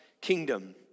kingdom